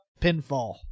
pinfall